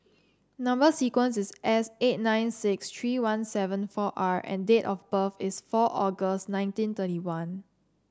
number sequence is S eight nine six three one seven four R and date of birth is four August nineteen thirty one